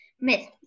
myth